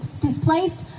displaced